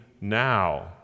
now